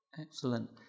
Excellent